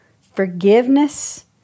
Forgiveness